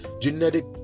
genetic